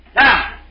Now